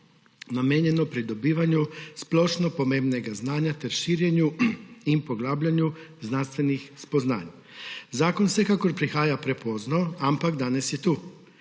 namenjeno pridobivanju splošno pomembnega znanja ter širjenju in poglabljanju znanstvenih spoznanj. Zakon vsekakor prihaja prepozno, ampak danes je tu.